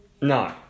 No